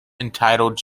entitled